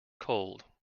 cold